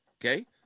Okay